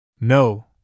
No